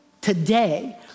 today